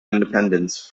independence